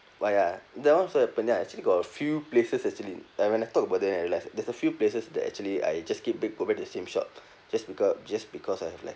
why ah that one also happen ya actually got a few places actually like when I talk about it then I realise there's a few places that actually I just keep b~ go back to the same shop just because just because I have like